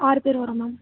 ஆறு பேர் வரோம் மேம்